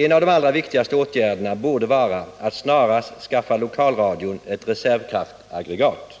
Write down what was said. En av de allra viktigaste åtgärderna borde vara att snarast skaffa lokalradion ett reservkraftsaggregat.